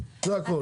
זה הכול.